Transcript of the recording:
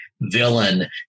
villain